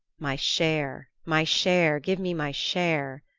my share, my share, give me my share,